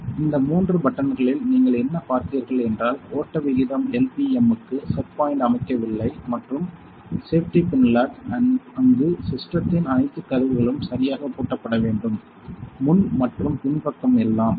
FL இந்த மூன்று பட்டன்களில் நீங்கள் என்ன பார்த்தீர்கள் என்றால் ஓட்ட விகிதம் LPM இக்கு செட் பாயிண்ட் அமைக்கவில்லை மற்றும் சேஃப்டி பின் லாக் அங்கு சிஸ்டத்தின் அனைத்து கதவுகளும் சரியாகப் பூட்டப்பட வேண்டும் முன் மற்றும் பின்பக்கம் எல்லாம்